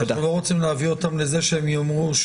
אנחנו לא רוצים להביא אותם לזה שהוא לא